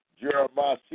Jeremiah